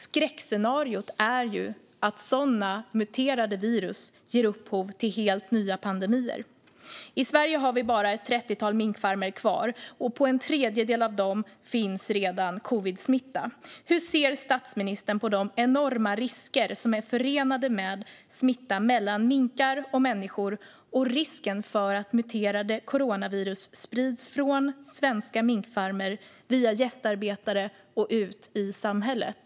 Skräckscenariot är att sådana muterade virus ger upphov till helt nya pandemier. I Sverige har vi bara ett trettiotal minkfarmer kvar, och på en tredjedel av dem finns redan covidsmitta. Hur ser statsministern på de enorma risker som är förenade med smitta mellan minkar och människor och risken för att muterade coronavirus sprids från svenska minkfarmer via gästarbetare och ut i samhället?